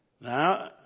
Now